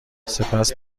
سپس